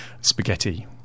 spaghetti